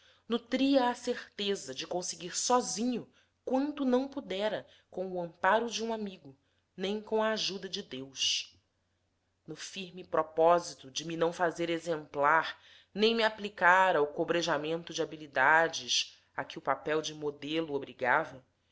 nutria a certeza de conseguir sozinho quanto não pudera com o amparo de um amigo nem com a ajuda de deus no firme propósito de me não fazer exemplar nem me aplicar ao cobrejamento de habilidade a que o papel de modelo obrigava